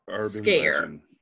scare